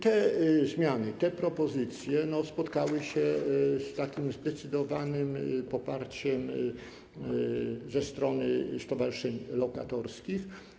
Te zmiany, te propozycje spotkały się ze zdecydowanym poparciem ze strony stowarzyszeń lokatorskich.